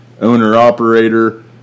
owner-operator